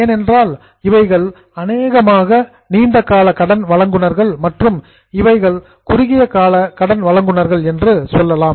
ஏனென்றால் இவைகள் அனேகமாக நீண்ட கால கடன் வழங்குநர்கள் மற்றும் இவைகள் குறுகிய கால கடன் வழங்குநர்கள் என்று சொல்லலாம்